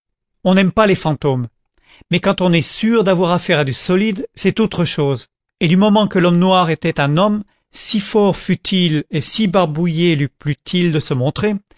on n'aime pas les fantômes mais quand on est sûr d'avoir affaire à du solide c'est autre chose et du moment que l'homme noir était un homme si fort fût-il et si barbouillé lui plût il de se montrer